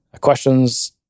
Questions